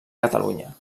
catalunya